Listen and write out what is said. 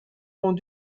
ont